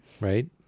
Right